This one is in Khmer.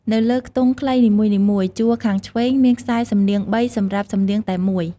នៅលើខ្ទង់ខ្លីនីមួយៗ ជួរខាងឆ្វេង មានខ្សែសំនៀង ៣ សំរាប់សំនៀងតែ១។